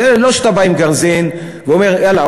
זה לא שאתה בא עם גרזן ואומר: יאללה,